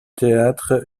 théâtre